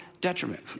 detriment